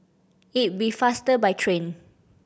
it'll be faster by train